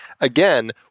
again